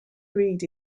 breed